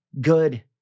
good